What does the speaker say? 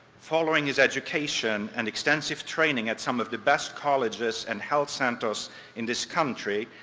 following his education and extensive training at some of the best colleges and health centers in this country,